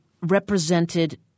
represented